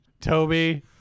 Toby